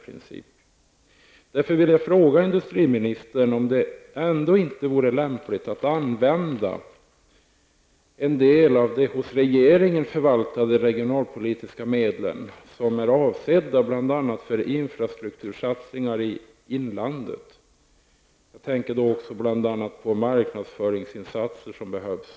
Jag vill då fråga industriministern om det ändå inte vore lämpligt att använda en del av de hos regeringen förvaltade regionalpolitiska medlen, som är avsedda bl.a. för infrastruktursatsningar i inlandet. Jag tänker bl.a. på de marknadsföringsinsatser som behövs.